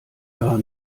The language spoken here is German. gar